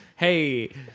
Hey